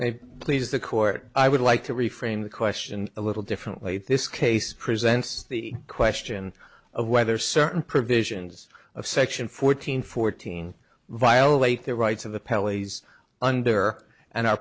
they please the court i would like to reframe the question a little differently this case presents the question of whether certain provisions of section fourteen fourteen violate the rights of the pele's under and are